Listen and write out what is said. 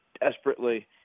desperately